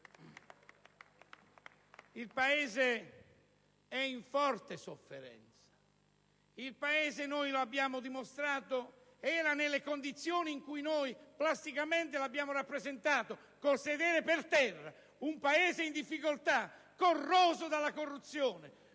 Il Paese è in forte sofferenza. Il Paese - lo abbiamo dimostrato - è nelle condizioni in cui noi plasticamente lo abbiamo rappresentato: con il sedere per terra. Un Paese in difficoltà, corroso dalla corruzione,